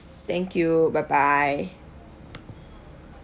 thank you bye bye